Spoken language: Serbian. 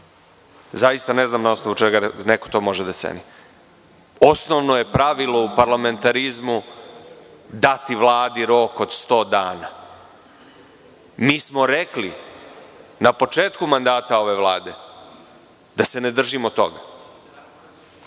Zaista ne znam na osnovu čega neko to može da ceni. Osnovno je pravilo u parlamentarizmu dati Vladi rok od sto dana. Mi smo rekli na početku mandata ove Vlade da se ne držimo toga.